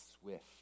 swift